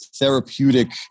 therapeutic